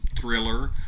thriller